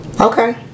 Okay